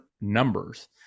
numbers